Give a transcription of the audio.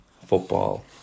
Football